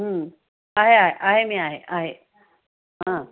आहे आहे आहे मी आहे आहे हां